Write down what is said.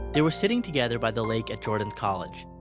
they were sitting together by the lake at jordan's college.